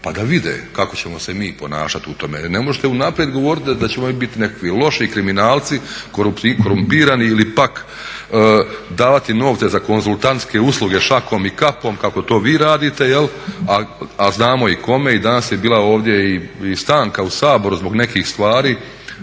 pa da vide kako ćemo se mi ponašati u tome. Ne možete unaprijed govoriti da ćemo biti nekakvi loši, i kriminalci, korumpirani ili pak davati novce za konzultantske usluge šakom i kapom kako to vi radite, a znamo i kome, i danas je bila ovdje i stanka u Saboru zbog nekih stvari,